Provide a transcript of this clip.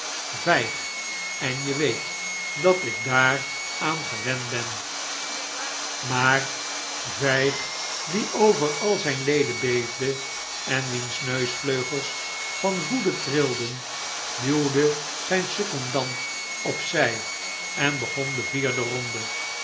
vijg en je weet dat ik daar aan gewend ben maar vijg die over al zijn leden beefde en wiens neusvleugels van woede trilden duwde zijn secondant op zij en begon de vierde ronde